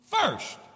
first